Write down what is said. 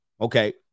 Okay